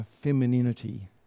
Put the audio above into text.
femininity